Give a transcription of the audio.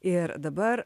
ir dabar